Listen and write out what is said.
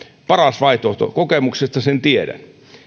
paras vaihtoehto kokemuksesta sen tiedän